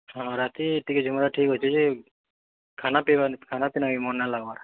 ହଁ ରାତି ଟିକେ ଝୁମରା ଠିକ୍ ଅଛେ ଯେ ଖାନା ଖାନା ପିନାକେ ମନ୍ ନାଇ ଲାଗବାର୍